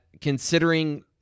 considering